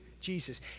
Jesus